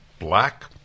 black